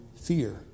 fear